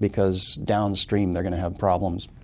because downstream they're going to have problems.